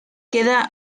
queda